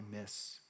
miss